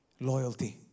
Loyalty